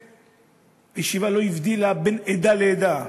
והישיבה לא הבדילה בין עדה לעדה.